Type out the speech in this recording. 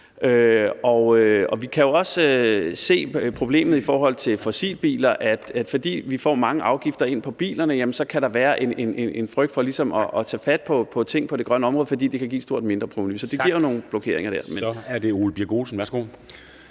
Vi kan jo også se problemet i forhold til fossilbiler, nemlig at fordi vi får mange afgifter ind på bilerne, så kan der være en frygt for ligesom at tage fat på ting på det grønne område, fordi det kan give et stort mindreprovenu. Så det giver